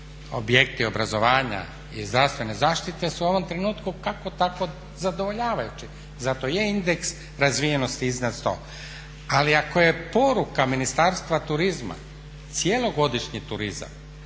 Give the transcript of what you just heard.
objekti obrazovanja i zdravstvene zaštite su u ovom trenutku kako tako zadovoljavajući. Zato i je indeks razvijenosti iznad 100. Ali ako je poruka Ministarstva turizma cjelogodišnji turizam